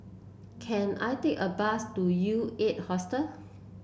can I take a bus to U Eight Hostel